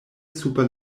super